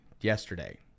yesterday